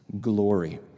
glory